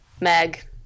Meg